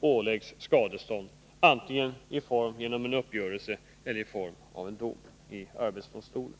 åläggs skadestånd, antingen i form av en uppgörelse eller i form av en dom i arbetsdomstolen.